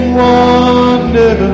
wonder